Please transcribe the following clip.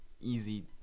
easy